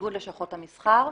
איגוד לשכות המסחר.